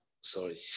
Sorry